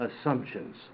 assumptions